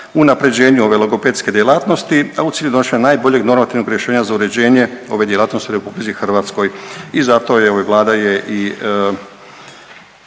unaprjeđenju ove logopedske, a u cilju donošenja najboljeg normativnog rješenja za uređenje ove djelatnosti u RH i zato je, evo Vlada je i